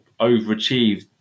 overachieved